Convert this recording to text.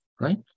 right